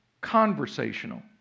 conversational